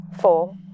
four